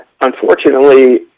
unfortunately